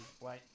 wait